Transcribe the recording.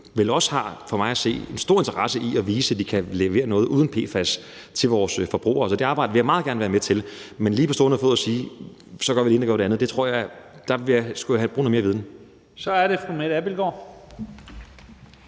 vel også, for mig at se, har en stor interesse i at vise, at de kan levere noget uden PFAS til vores forbrugere. Det arbejde vil jeg meget gerne være med til. Men for lige på stående fod at kunne sige, at så gør vi det ene, eller så gør vi det andet, tror jeg at jeg skulle bruge noget mere viden. Kl. 12:43 Første næstformand